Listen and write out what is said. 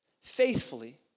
faithfully